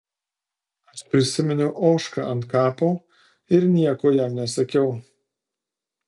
aš prisiminiau ožką ant kapo ir nieko jam nesakiau